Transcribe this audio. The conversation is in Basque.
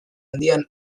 handian